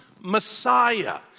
Messiah